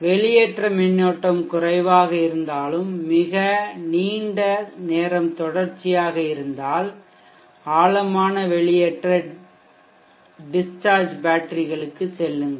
வெளியேற்ற மின்னோட்டம் குறைவாக இருந்தாலும் மிக நீண்ட நேரம் தொடர்ச்சியாக இருந்தால் ஆழமான வெளியேற்ற டிஷ்சார்ஜ்பேட்டரிகளுக்கு செல்லுங்கள்